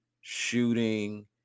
shooting